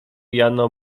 jano